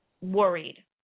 worried